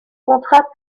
contrat